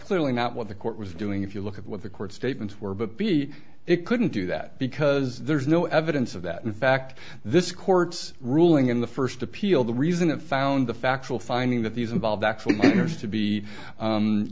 clearly not what the court was doing if you look at what the court statements were but b it couldn't do that because there's no evidence of that in fact this court's ruling in the first appeal the reason it found the factual finding that these involved actually to be